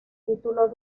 título